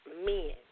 men